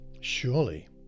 surely